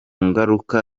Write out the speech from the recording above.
ngaruka